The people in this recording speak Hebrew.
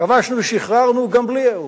כבשנו, שחררנו, גם בלי האו"ם,